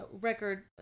record